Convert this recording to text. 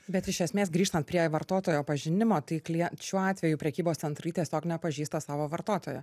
bet iš esmės grįžtan prie vartotojo pažinimo tai klie šiuo atveju prekybos centrai tiesiog nepažįsta savo vartotojo